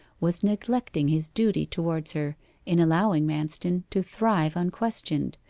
was neglecting his duty towards her in allowing manston to thrive unquestioned,